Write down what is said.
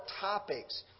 topics